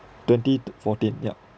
twenty th~ fourteen yup